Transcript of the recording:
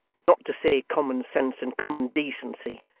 not to say common sense and common decency,